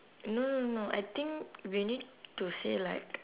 no no no I think we need to say like